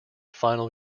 final